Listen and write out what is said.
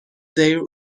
their